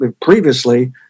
previously